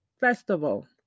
Festival